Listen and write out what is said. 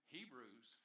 Hebrews